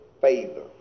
favor